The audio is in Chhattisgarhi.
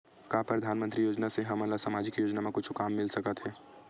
का परधानमंतरी योजना से हमन ला सामजिक योजना मा कुछु काम मिल सकत हे?